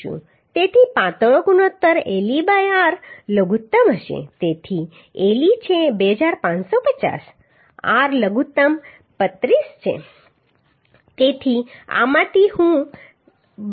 તેથી પાતળો ગુણોત્તર le બાય r લઘુત્તમ હશે તેથી le છે 2550 r લઘુત્તમ 35 છે તેથી આમાંથી હું 72